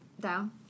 down